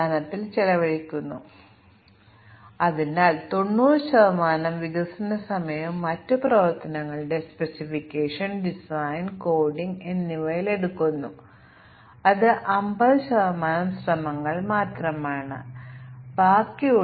ഞങ്ങൾ പരിശോധന പൂർത്തിയാക്കി കഴിഞ്ഞാൽ ഞങ്ങളുടെ ടെസ്റ്റ് കേസുകൾ ശക്തിപ്പെടുത്തുന്നതിനും പ്രോഗ്രാമിന്റെ വിശ്വാസ്യതയും മെച്ചപ്പെടുത്തുന്നതിനും മ്യൂട്ടേഷൻ ടെസ്റ്റിംഗ് നടത്താൻ കഴിയും കൂടാതെ ഒരു പ്രധാന പോരായ്മ ഇക്വലന്റ് മ്യൂട്ടന്റ് ആണെന്ന് ഞങ്ങൾ കണ്ടു